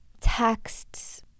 texts